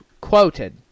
Quoted